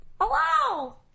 hello